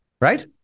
Right